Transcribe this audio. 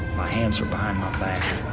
my hands are behind my back.